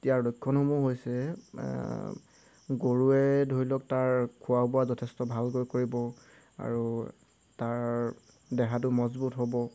ইয়াৰ লক্ষণসমূহ হৈছে গৰুৱে ধৰি লওক তাৰ খোৱা বোৱা যথেষ্ট ভালকৈ কৰিব আৰু তাৰ দেহাটো মজবুত হ'ব